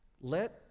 Let